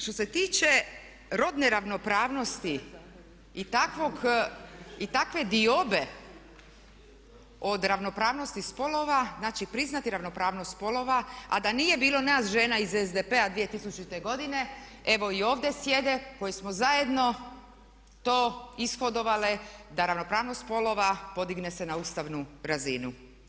Što se tiče rodne ravnopravnosti i takve diobe od ravnopravnosti spolova, znači priznati ravnopravnost spolova a da nije bilo nas žena iz SDP-a 2000. godine evo i ovdje sjede koje smo zajedno to ishodovale da ravnopravnost spolova podigne se na ustavnu razinu.